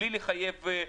בלי לחייב בדיקות.